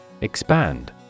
Expand